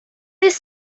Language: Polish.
jest